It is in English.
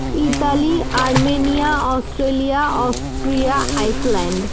Italy Armenia Austria Austria island